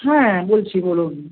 হ্যাঁ বলছি বলুন